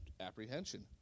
apprehension